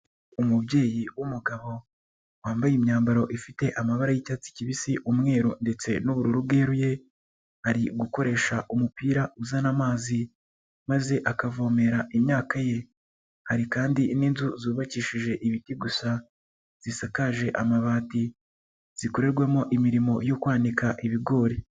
Umubyeyi w'umugabo wambaye imyambaro ifite amabara y'icyatsi kibisi, umweru ndetse n'ubururu bweruye, ari gukoresha umupira uzana amazi maze akavomera imyaka ye, hari kandi n'inzu zubakishije ibiti gusa zisakaje amabati zikorerwamo imirimo yo kwanika ibigori.